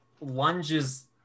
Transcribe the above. Lunges